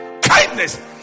Kindness